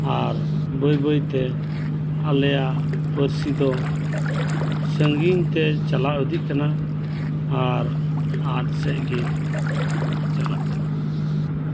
ᱟᱨ ᱵᱟᱹᱭ ᱵᱟᱹᱭᱛᱮ ᱟᱞᱮᱭᱟᱜ ᱯᱟᱹᱨᱥᱤ ᱫᱚ ᱥᱟᱸᱜᱤᱧ ᱛᱮ ᱪᱟᱞᱟᱣ ᱤᱫᱤᱜ ᱠᱟᱱᱟ ᱟᱨ ᱟᱫ ᱥᱮᱫ ᱜᱮ ᱪᱟᱞᱟᱜ ᱠᱟᱱᱟ